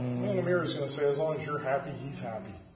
man in the mirror is going to say as long as you're happy he's happy,